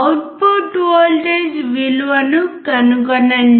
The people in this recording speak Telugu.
అవుట్పుట్ వోల్టేజ్ విలువను కనుగొనండి